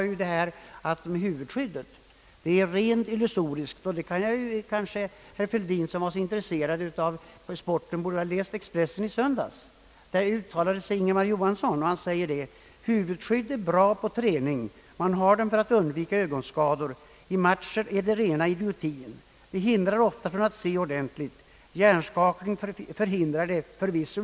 Det var erfarenheterna från den tiden som han redogjorde för.